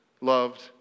loved